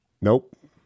Nope